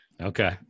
Okay